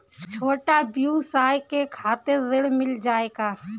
छोट ब्योसाय के खातिर ऋण मिल जाए का?